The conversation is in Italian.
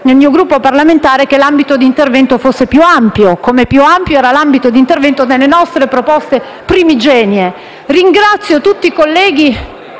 nel mio Gruppo parlamentare - che l'ambito di intervento fosse più ampio, come più ampio era l'ambito di intervento nelle nostre proposte primigenie. Ringrazio tutti i colleghi